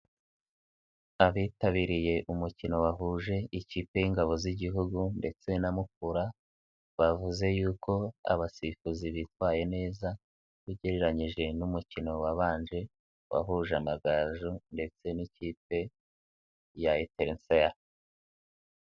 Abitabiriye umukino wahuje ikipe y'ingabo z'Igihugu ndetse na Mukura, bavuze yuko abasifuzi bitwaye neza ugereranyije n'umukino wabanje wahuje Amagaju ndetse n'ikipe ya Etensele.